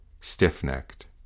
stiff-necked